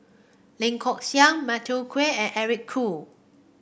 Lee Kong Chian Matthew Ngui and Eric Khoo